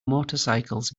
motorcycles